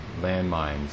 landmines